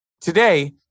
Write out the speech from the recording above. Today